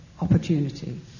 opportunity